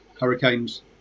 Hurricanes